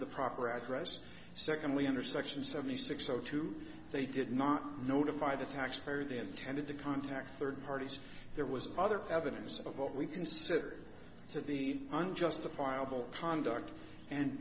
the proper address secondly under section seventy six zero two they did not notify the taxpayer they intended to contact third party so there was other evidence of what we consider to be unjustifiable pondar and